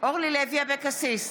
אורלי לוי אבקסיס,